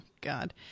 god